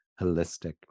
holistic